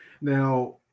Now –